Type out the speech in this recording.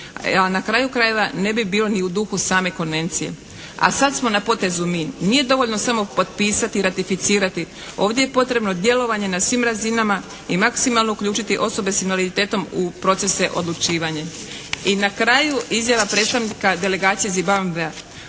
na kraju krajeva ne bi bio ni u duhu same konvencije. A sad smo na potezu mi. Nije dovoljno samo potpisati i ratificirati. Ovdje je potrebno djelovanje na svim razinama i maksimalno uključiti osobe s invaliditetom u procese odlučivanja. I na kraju izjava predstavnika delegacije Zimbabvea.